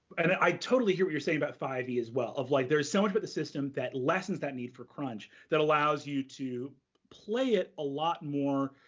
and i totally hear what you're saying about five e as well, of like there's so much about but the system that lessens that need for crunch, that allows you to play it a lot more